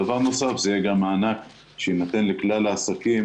דבר נוסף זה גם מענק שיינתן לכלל העסקים